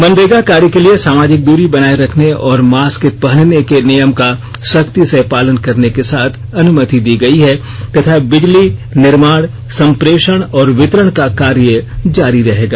मनरेगा कार्य के लिए सामाजिक दूरी बनाये रखने और मास्क पहनने के नियम का सख्ती से पालन करने के साथ अनुमति दी गई है तथा बिजली निर्माण संप्रेषण और वितरण का कार्य जारी रहेगा